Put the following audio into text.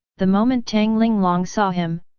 the moment tang linglong saw him,